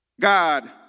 God